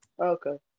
Okay